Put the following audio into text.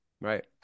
Right